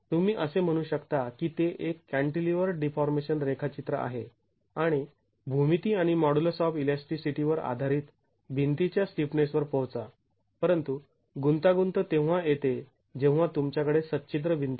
तुम्ही असे म्हणू शकता की ते एक कॅण्टिलीवर्ड डीफॉर्मेशन रेखाचित्र आहे आणि भूमिती आणि मॉड्यूलस ऑफ ईलास्टीसिटी वर आधारित भिंतीच्या स्टिफनेस वर पोहोचा परंतु गुंतागुंत तेव्हा येते जेव्हा तुमच्याकडे सच्छिद्र भिंत असते